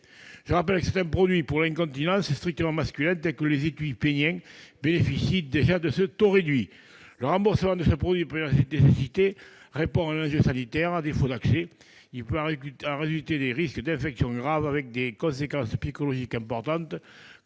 Je rappelle que certains produits pour l'incontinence strictement masculine, tels que les étuis péniens, bénéficient déjà de ce taux réduit. Le remboursement de ces produits de première nécessité répond à un enjeu sanitaire. À défaut de pouvoir y accéder, il peut en résulter des risques d'infection grave avec des conséquences psychologiques importantes,